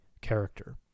character